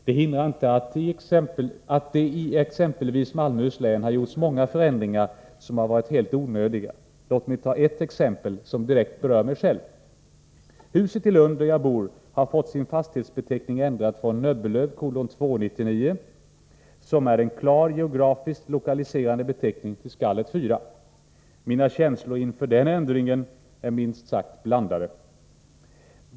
Det hindrar inte att det i exempelvis Malmöhus län har gjorts många förändringar som har varit helt onödiga. Låt mig ta ett exempel som direkt berör mig själv. Huset i Lund, där jag bor, har fått sin fastighetsbeteckning ändrad från Nöbbelöv 2:99, som är en klart geografiskt lokaliserande beteckning, till Skallet 4. Mina känslor inför den ändringen är minst sagt blandade.